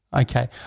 Okay